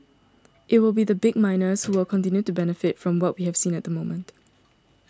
it will be the big miners who will continue to benefit from what we have seen at the moment